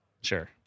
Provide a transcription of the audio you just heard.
Sure